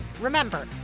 remember